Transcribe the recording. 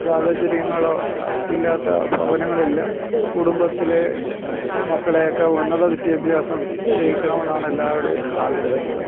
സാഹചര്യങ്ങളോ ഇല്ലാത്ത ഭവനങ്ങളില്ല കുടുംബത്തിലെ മക്കളൊക്കെ ഉന്നത വിദ്യാഭ്യാസം ചെയ്യിക്കണമെന്നാണ് എല്ലാവരുടെയും ആഗ്രഹങ്ങള്